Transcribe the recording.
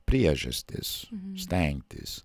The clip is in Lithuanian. priežastis stengtis